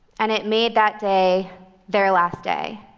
and it made that day their last day.